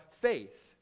faith